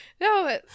No